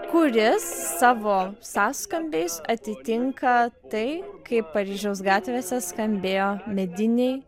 kuris savo sąskambiais atitinka tai kaip paryžiaus gatvėse skambėjo mediniai